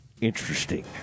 interesting